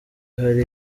hari